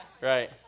Right